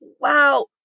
Wow